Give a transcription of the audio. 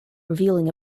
revealing